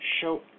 show